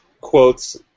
quotes